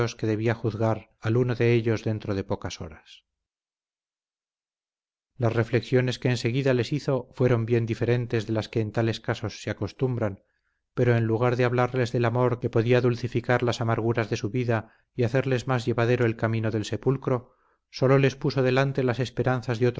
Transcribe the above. que debía juzgar al uno de ellos dentro de pocas horas las reflexiones que enseguida les hizo fueron bien diferentes de las que en tales casos se acostumbran pero en lugar de hablarles del amor que podía dulcificar las amarguras de su vida y hacerles más llevadero el camino del sepulcro sólo les puso delante las esperanzas de